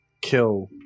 kill